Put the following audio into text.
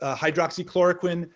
ah hydroxychloroquine,